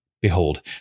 Behold